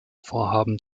vorhaben